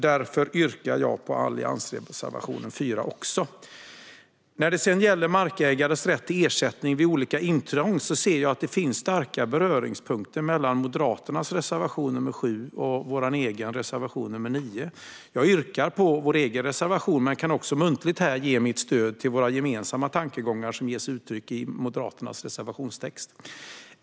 Därför yrkar jag bifall också till Alliansens reservation 4. När det gäller markägares rätt till ersättning vid olika intrång ser jag att det finns starka beröringspunkter mellan Moderaternas reservation 7 och vår egen reservation 9. Jag yrkar bifall till vår egen reservation men kan också här ge mitt muntliga stöd till våra gemensamma tankegångar som det ges uttryck för i Moderaternas reservationstext.